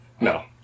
No